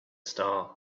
star